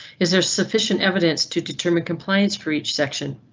is there sufficient evidence to determine compliance for each section?